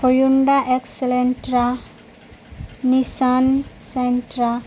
Hyundai Elantra Nissan سینٹرا